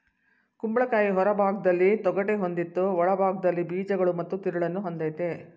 ಕುಂಬಳಕಾಯಿ ಹೊರಭಾಗ್ದಲ್ಲಿ ತೊಗಟೆ ಹೊಂದಿದ್ದು ಒಳಭಾಗ್ದಲ್ಲಿ ಬೀಜಗಳು ಮತ್ತು ತಿರುಳನ್ನು ಹೊಂದಯ್ತೆ